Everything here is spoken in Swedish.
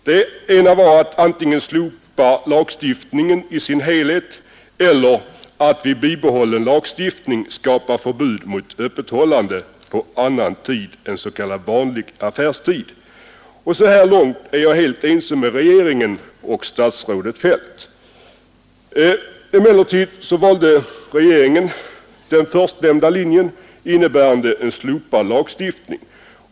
Det ena var att antingen slopa lagstiftningen i dess helhet eller vid bibehållen lagstiftning skapa förbud mot öppethållande på annan tid än s.k. vanlig affärstid. Så här långt är jag helt ense med regeringen och statsrådet Feldt. Emellertid valde regeringen den förstnämnda linjen innebärande en slopad lagstiftning.